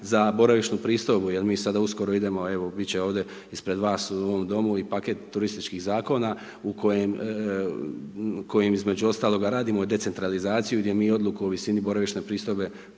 za boravišnu pristojbu jer mi sada uskoro idemo, evo bit će ovdje ispred vas u ovom domu i paket turističkih zakona u kojem, kojim između ostaloga radimo i decentralizaciju gdje mi odluku o visini boravišne pristojbe